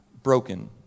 broken